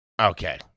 Okay